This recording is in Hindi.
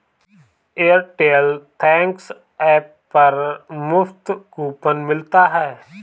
एयरटेल थैंक्स ऐप पर मुफ्त कूपन मिलता है